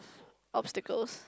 obstacles